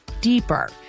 deeper